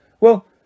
Well